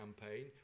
campaign